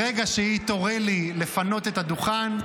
ברגע שהיא תורה לי לפנות את הדוכן,